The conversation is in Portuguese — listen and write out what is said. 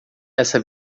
essa